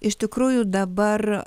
iš tikrųjų dabar